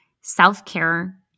self-care